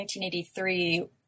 1983